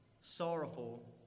sorrowful